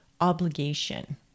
obligation